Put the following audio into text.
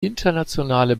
internationale